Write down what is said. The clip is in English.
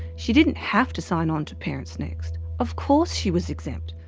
she didn't have to sign on to parentsnext, of course she was exempt.